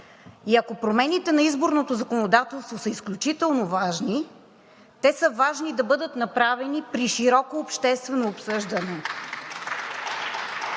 Ако промените на изборното законодателство са изключително важни, те са важни да бъдат направени при широко обществено обсъждане